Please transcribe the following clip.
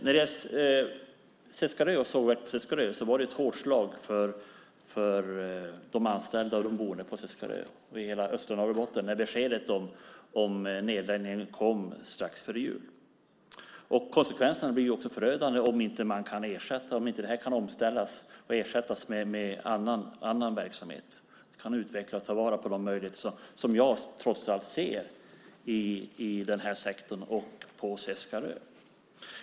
När det gäller sågverket vid Seskarö var det ett hårt slag för de anställda och boende på Seskarö och hela östra Norrbotten när beskedet om nedläggningen kom strax före jul. Konsekvenserna blir förödande om det inte kan omställas och ersättas med annan verksamhet för att utveckla och ta vara på de möjligheter som jag trots allt ser i den här sektorn och på Seskarö.